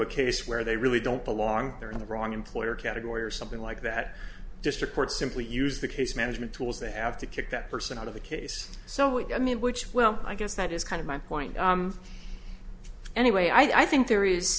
a case where they really don't belong there in the wrong employer category or something like that district court simply use the case management tools they have to kick that person out of the case so i mean which well i guess that is kind of my point anyway i think there is